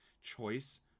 choice